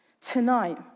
tonight